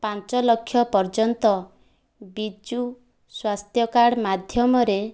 ପାଞ୍ଚଲକ୍ଷ ପର୍ଯ୍ୟନ୍ତ ବିଜୁ ସ୍ୱାସ୍ଥ୍ୟ କାର୍ଡ଼ ମାଧ୍ୟମରେ